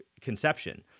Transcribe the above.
conception